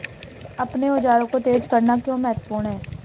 अपने औजारों को तेज करना क्यों महत्वपूर्ण है?